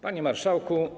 Panie Marszałku!